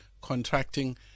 contracting